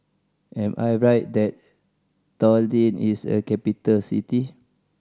am I right that Tallinn is a capital city